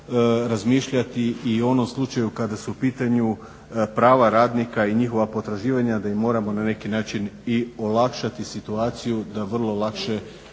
onda moramo razmišljati i o onom slučaju kada su u pitanju prava radnika i njihova potraživanja da im moramo na neki način i olakšati situaciju da vrlo lakše